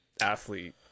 athlete